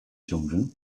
children